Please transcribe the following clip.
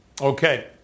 Okay